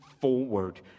forward